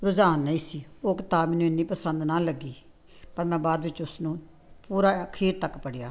ਰੁਝਾਨ ਨਹੀਂ ਸੀ ਉਹ ਕਿਤਾਬ ਮੈਨੂੰ ਇੰਨੀ ਪਸੰਦ ਨਾ ਲੱਗੀ ਪਰ ਮੈਂ ਬਾਅਦ ਵਿੱਚ ਉਸਨੂੰ ਪੂਰਾ ਅਖੀਰ ਤੱਕ ਪੜ੍ਹਿਆ